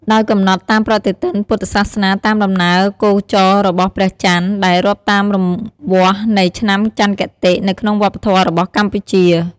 ដោយកំណត់តាមប្រតិទិនពុទ្ធសាសនាតាមដំណើរគោចររបស់ព្រះចន្ទ ដែលរាប់តាមរង្វាស់នៃឆ្នាំចន្ទគតិ នៅក្នុងវប្បធម៌របស់កម្ពុជា។